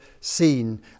seen